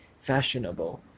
fashionable